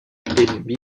ennemi